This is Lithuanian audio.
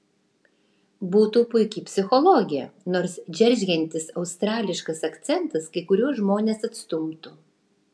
būtų puiki psichologė nors džeržgiantis australiškas akcentas kai kuriuos žmones atstumtų